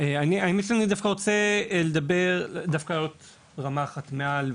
אני רוצה לדבר רמה אחת מעל,